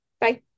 Bye